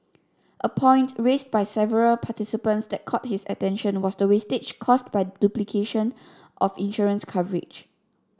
a point raised by several participants that caught his attention was the wastage caused by duplication of insurance coverage